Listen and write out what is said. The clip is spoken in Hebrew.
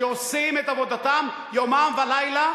שעושים את עבודתם יומם ולילה,